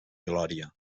glòria